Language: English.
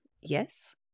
yes